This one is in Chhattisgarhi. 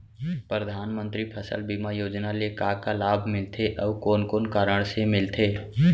परधानमंतरी फसल बीमा योजना ले का का लाभ मिलथे अऊ कोन कोन कारण से मिलथे?